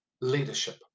leadership